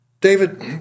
David